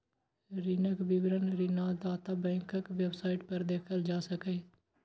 ऋणक विवरण ऋणदाता बैंकक वेबसाइट पर देखल जा सकैए